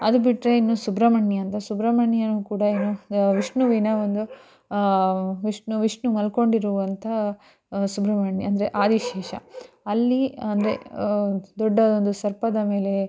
ಅದು ಬಿಟ್ಟರೆ ಇನ್ನು ಸುಬ್ರಹ್ಮಣ್ಯ ಅಂತ ಸುಬ್ರಹ್ಮಣ್ಯನೂ ಕೂಡ ಏನು ವಿಷ್ಣುವಿನ ಒಂದು ವಿಷ್ಣು ವಿಷ್ಣು ಮಲ್ಕೊಂಡಿರುವಂಥ ಸುಬ್ರಹ್ಮಣ್ಯ ಅಂದರೆ ಆದಿಶೇಷ ಅಲ್ಲಿ ಅಂದರೆ ದೊಡ್ಡದೊಂದು ಸರ್ಪದ ಮೇಲೆ